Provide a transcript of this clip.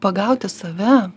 pagauti save